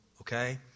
okay